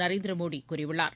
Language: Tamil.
நரேந்திர மோடி கூறியுள்ளார்